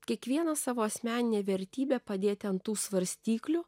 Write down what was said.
kiekvieną savo asmeninę vertybę padėti ant tų svarstyklių